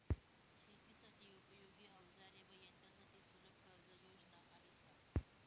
शेतीसाठी उपयोगी औजारे व यंत्रासाठी सुलभ कर्जयोजना आहेत का?